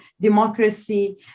democracy